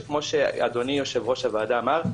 שכמו שאדוני יושב-ראש הוועדה אמר,